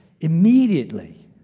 immediately